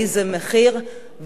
באיזה מחיר,